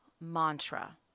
mantra